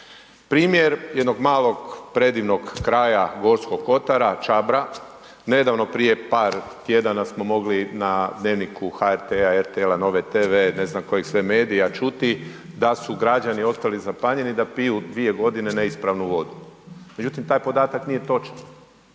Primjer jednog malog predivnog kraja Gorskog kotara, Čabra, nedavno prije par tjedana smo mogli na Dnevniku HRT-a, RTL-a, Nove TV, ne znam kojeg sve medija, čuti da su građani ostali zapanjeni da piju 2 godine neispravnu vodu. Međutim, taj podatak nije točan.